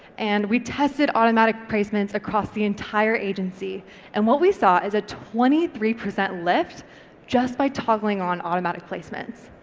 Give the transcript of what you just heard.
and we tested automatic placements across the entire agency and what we saw is a twenty three percent lift just by toggling on automatic placements.